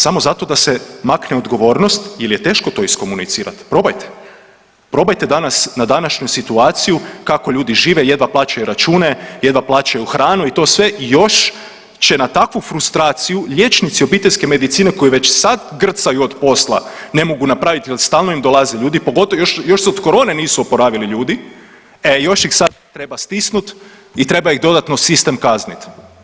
Samo zato da se makne odgovornost jer je teško to iskomunicirati, probajte, probajte danas na današnju situaciju kako ljudi žive, jedva plaćaju račune, jedva plaćaju hranu i to sve i još će na takvu frustraciju liječnici obiteljske medicine koji već sad grcaju od posla jer stalno im dolaze ljudi, pogotovo, još se od korone nisu oporavili ljudi, e još ih sad treba stisnut i treba ih dodatno sistem kazniti.